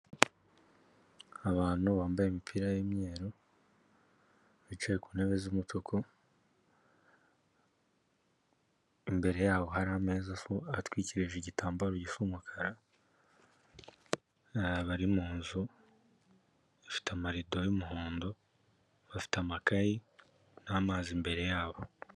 Abantu bambaye imipira y'imyeru bicaye ku ntebe z'umutuku, imbere yabo hari ameza atwikirije igitambaro gisa umukara bari mu nzu, bafite amarido y'umuhondo, bafite amakayi n'amazi imbere yabo.